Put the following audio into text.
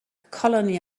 colony